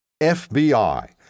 FBI